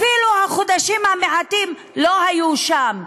אפילו החודשים המעטים לא היו שם.